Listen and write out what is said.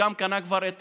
חלקם קנה כבר את